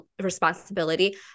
responsibility